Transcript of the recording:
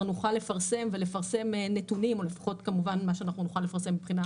נוכל לפרסם נתונים או לפחות כמובן מה שאנחנו נוכל לפרסם מבחינה